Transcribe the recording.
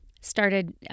Started